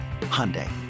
Hyundai